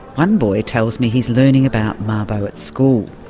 one boy tells me he's learning about mabo at school,